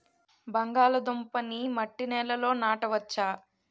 బంగాళదుంప నీ మట్టి నేలల్లో నాట వచ్చా?